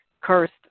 cursed